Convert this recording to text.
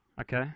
Okay